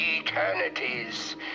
eternities